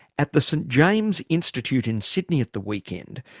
at the st james' institute in sydney at the weekend,